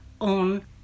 on